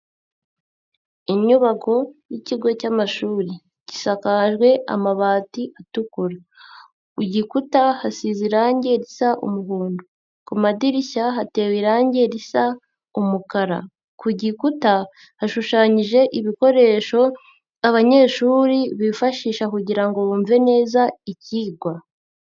Inyubako y'ikigo cy'amashuri gisakajwe amabati atukura, ku gikuta hasize irangi risa umuhondo, ku madirishya hatewe irangi risa umukara, ku gikuta hashushanyije ibikoresho abanyeshuri bifashisha kugira ngo bumve neza icyigwa.